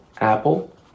apple